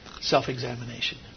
self-examination